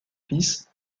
fils